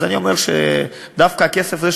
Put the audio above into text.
אז אני אומר שדווקא הכסף הזה,